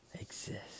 exist